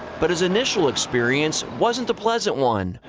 but his initial experience wasn't a pleasant one.